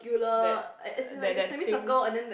that that that thing